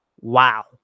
Wow